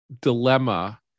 dilemma